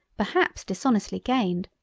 perhaps dishonestly gained,